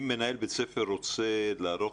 אם מנהל בית ספר רוצה לערוך,